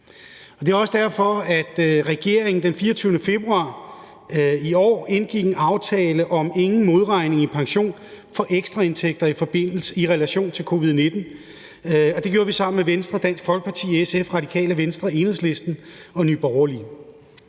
Det er også derfor, at regeringen den 24. februar i år indgik »Aftale om ingen modregning i pension for ekstraindtægter i relation til COVID-19«, og det gjorde vi i Socialdemokratiet sammen med Venstre, Dansk Folkeparti, SF, Radikale Venstre, Enhedslisten og Nye Borgerlige.